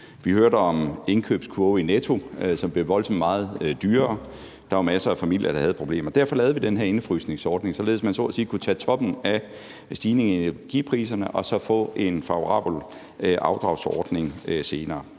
vi hørte om indkøbskurve i Netto, som blev voldsomt meget dyrere at fylde, og der var masser af familier, der havde problemer. Derfor lavede vi den her indefrysningsordning, således at man så at sige kunne tage toppen af stigningerne i energipriserne og så få en favorabel afdragsordning senere.